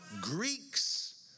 Greeks